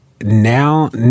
now